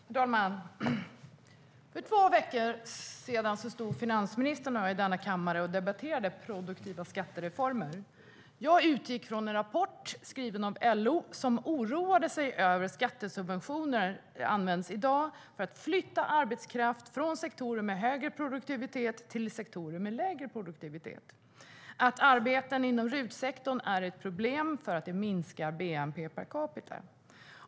Herr talman! För två veckor sedan stod finansministern och jag i denna kammare och diskuterade produktiva skattereformer. Jag utgick från en rapport skriven av LO, som oroade sig över att skattesubventioner i dag används för att flytta arbetskraft från sektorer med högre produktivitet till sektorer med lägre produktivitet och att arbeten inom RUT-sektorn är ett problem för att de minskar bnp:n.